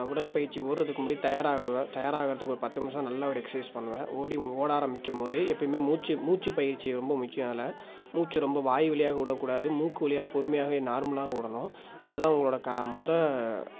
உடல் பயிற்சி ஒடுறதுக்கு முன்னாடி தயார் ஆவுவேன் தயார் ஆகறத்துக்கு ஒரு பத்து நிமிஷம் நல்ல ஒரு எக்ஸசைஸ் பண்ணுவேன் ஓடிம் ஓட ஆரம்மிக்கும் போது எப்பயுமே மூச்சு மூச்சு பயிற்சி ரொம்ப முக்கியம் அதில் மூச்சை ரொம்ப வாய் வழியாக உடக்கூடாது மூக்கு வழியா பொறுமையாகவே நார்மலாக விடணும் அது தான் உங்களோட க முத